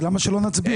למה שלא נצביע?